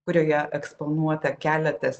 kurioje eksponuota keletas